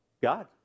God